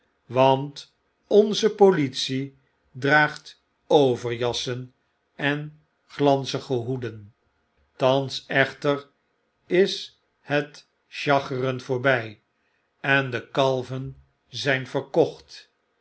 want onze politie draagt overjassen en glanzige hoeden thans echter is het schacheren voorby en de kalven zyn verkocht